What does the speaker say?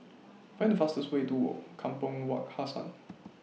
Find The fastest Way to Kampong Wak Hassan